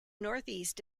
northeast